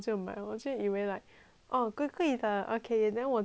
嗯贵贵的 okay then 我他们美我也美